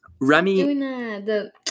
Remy